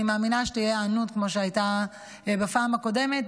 אני מאמינה שתהיה היענות כמו שהייתה בפעם הקודמת.